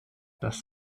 das